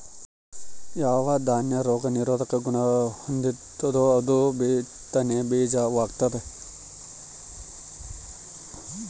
ಯಾವ ದಾನ್ಯ ರೋಗ ನಿರೋಧಕ ಗುಣಹೊಂದೆತೋ ಅದು ಬಿತ್ತನೆ ಬೀಜ ವಾಗ್ತದ